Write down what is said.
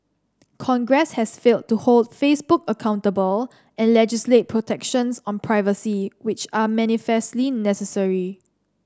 congress has failed to hold Facebook accountable and legislate protections on privacy which are manifestly necessary